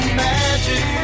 magic